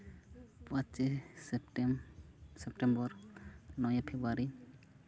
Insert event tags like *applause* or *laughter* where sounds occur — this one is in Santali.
ᱯᱟᱸᱪᱮ *unintelligible* ᱥᱮᱯᱴᱮᱢᱵᱚᱨ ᱱᱚᱭᱮ ᱯᱷᱮᱵᱽᱨᱩᱣᱟᱨᱤ